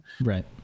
right